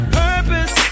purpose